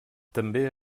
també